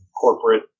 corporate